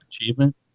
achievement